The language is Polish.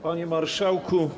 Panie Marszałku!